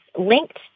linked